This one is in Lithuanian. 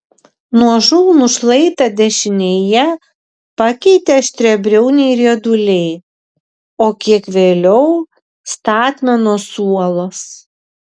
nuožulnų šlaitą dešinėje pakeitė aštriabriauniai rieduliai o kiek vėliau statmenos uolos